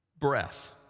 breath